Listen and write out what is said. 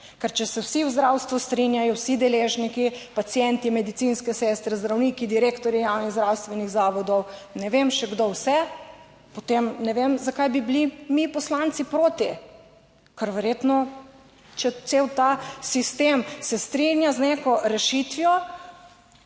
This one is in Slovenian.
ker če se vsi v zdravstvu strinjajo, vsi deležniki: pacienti, medicinske sestre, zdravniki, direktorji javnih zdravstvenih zavodov, ne vem še kdo vse, potem ne vem zakaj bi bili mi poslanci proti, ker verjetno, če cel ta sistem se strinja z neko rešitvijo,